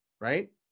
right